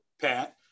Pat